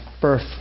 birth